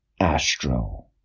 Astro